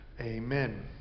Amen